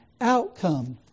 outcome